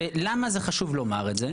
עכשיו למה זה חשוב לומר את זה,